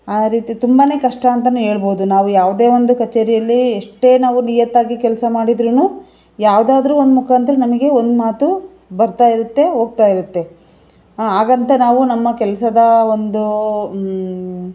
ಆ ರೀತಿ ತುಂಬಾ ಕಷ್ಟ ಅಂತನೂ ಹೇಳ್ಬೋದು ನಾವು ಯಾವುದೇ ಒಂದು ಕಚೇರಿಯಲ್ಲಿ ಎಷ್ಟೇ ನಾವು ನಿಯತ್ತಾಗಿ ಕೆಲಸ ಮಾಡಿದ್ರು ಯಾವುದಾದ್ರೂ ಒಂದು ಮುಖಾಂತರ ನಮಗೆ ಒಂದು ಮಾತು ಬರ್ತಾ ಇರುತ್ತೆ ಹೋಗ್ತಾ ಇರುತ್ತೆ ಆಂ ಹಾಗಂತ ನಾವು ನಮ್ಮ ಕೆಲಸದ ಒಂದು